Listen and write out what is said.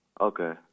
Okay